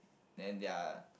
then their